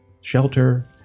shelter